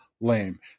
lame